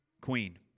queen